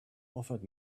offered